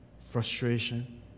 frustration